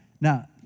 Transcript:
now